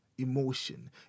emotion